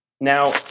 now